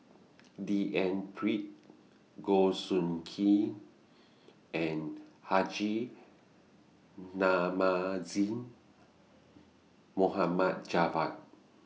D N Pritt Goh Soo Khim and Haji Namazie Mohad Javad